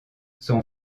son